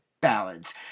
Ballads